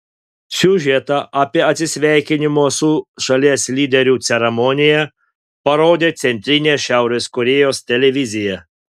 siužetą apie atsisveikinimo su šalies lyderiu ceremoniją parodė centrinė šiaurės korėjos televizija